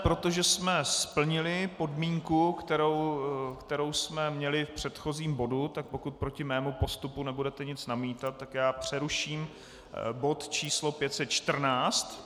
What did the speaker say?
Protože jsme splnili podmínku, kterou jsme měli v předchozím bodu, tak pokud proti mému postupu nebudete nic namítat, tak přeruším bod 32, tisk 514.